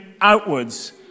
outwards